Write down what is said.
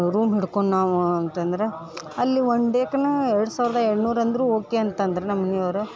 room ಹಿಡ್ಕೊಂಡು ನಾವು ಅಂತಂದ್ರೆ ಅಲ್ಲಿ ಒಂದು ಡೇಕೇನ ಎರಡು ಸಾವಿರದ ಏಳುನೂರು ಅಂದರು ಓಕೆ ಅಂತಂದ್ರು ನಮ್ಮ ಮನಿಯವ್ರು